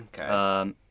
Okay